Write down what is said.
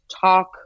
talk